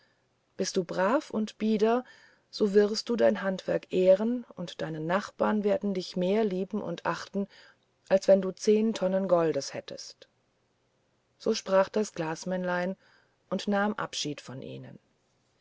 bist du brav und bieder so wirst du dein handwerk ehren und deine nachbarn werden dich mehr lieben und achten als wenn du zehen tonnen goldes hättest so sprach das glasmännlein und nahm abschied von ihnen